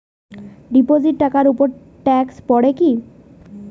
Deposit টাকার উপর tax পড়ে কি?